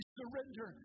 surrender